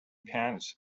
pants